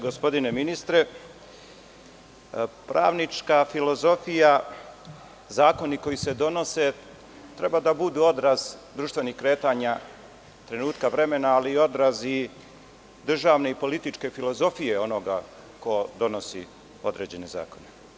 Gospodine ministre, pravnička filozofija – zakoni koji se donose treba da budu odraz društvenih kretanja trenutka vremena, ali i odraz državne i političke filozofije onoga ko donosi određene zakone.